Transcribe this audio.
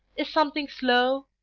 is something slow,